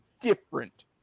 different